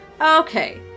Okay